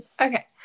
Okay